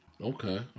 okay